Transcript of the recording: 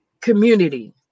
community